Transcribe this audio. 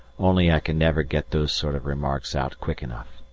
only i can never get those sort of remarks out quick enough.